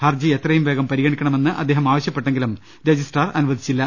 ഹർജി എത്രയും വേഗം പരിഗണിക്കണമെന്ന് അദ്ദേഹം ആവശ്യപ്പെട്ടെങ്കിലും രജിസ്ട്രാർ അനുവദിച്ചില്ല